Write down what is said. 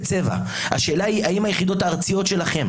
השאלה היא האם היחידות הארציות שלכם